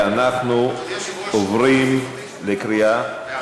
אדוני היושב-ראש,